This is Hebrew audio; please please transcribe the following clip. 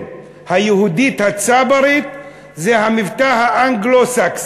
היהודית הצברית זה המבטא האנגלו-סקסי.